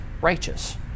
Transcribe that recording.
righteous